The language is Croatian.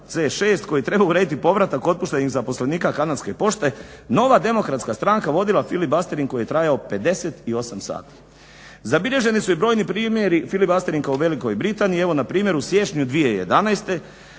koji je trebao urediti povratak otpuštenih zaposlenika Kanadske pošte nova demokratska stranka vodila filibustering koji je trajao 58 sati. Zabilježeni su i brojni primjeri filibusteringa u Velikoj Britaniji. Evo npr. u siječnju 2011.